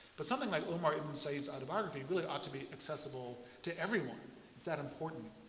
but something like omar ibn said's autobiography really ought to be accessible to everyone. it's that important.